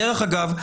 דרך אגב,